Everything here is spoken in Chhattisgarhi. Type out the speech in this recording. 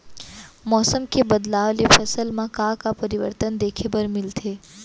मौसम के बदलाव ले फसल मा का का परिवर्तन देखे बर मिलथे?